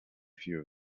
few